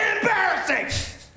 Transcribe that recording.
embarrassing